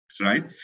right